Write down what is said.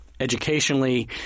Educationally